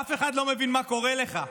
ואף אחד לא מבין מה קורה לך.